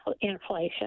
inflation